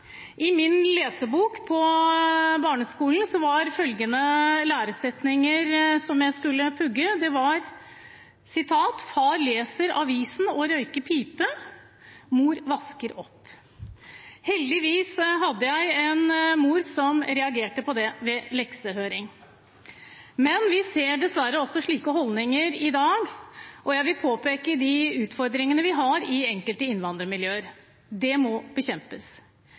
I min lesebok på barneskolen var følgende læresetninger, som jeg skulle pugge: Far leser avisen og røyker pipe. Mor vasker opp. Heldigvis hadde jeg en mor som reagerte på det ved leksehøring. Men vi ser dessverre også slike holdninger i dag, og jeg vil påpeke de utfordringene vi har i enkelte innvandrermiljøer. De må bekjempes.